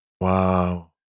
Wow